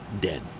dead